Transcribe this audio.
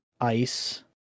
ice